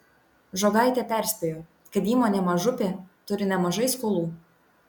žogaitė perspėjo kad įmonė mažupė turi nemažai skolų